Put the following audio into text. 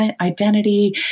identity